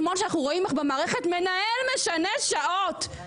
אחרי התחקיר אנחנו רואים איך במערכת מנהל משנה שעות עבודה.